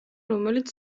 რომელიც